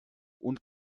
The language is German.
und